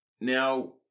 Now